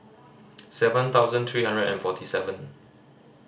seven thousand three hundred and forty seven